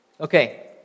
Okay